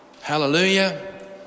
Hallelujah